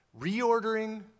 Reordering